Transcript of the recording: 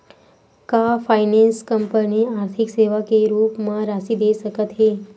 का finance company आर्थिक सेवा के रूप म राशि दे सकत हे?